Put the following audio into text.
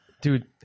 dude